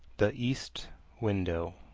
the east window